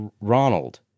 Ronald